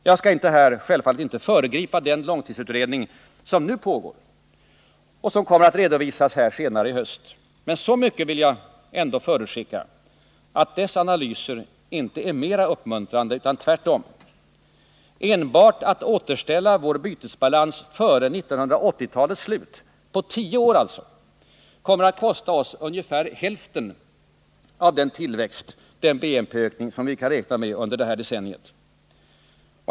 Jag skall självfallet nu inte föregripa den långtidsutredning som pågår och som kommer att redovisas här litet senare i höst, men så mycket vill jag ändå förutskicka att dess analyser inte är mera uppmuntrande, utan tvärtom. Enbart att återställa vår bytesbalans före 1980-talets slut — alltså om vi tar tio år på oss — kommer att kosta oss ungefär hälften av den tillväxt, den BNP-ökning som vi kan räkna med under detta decennium.